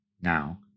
Now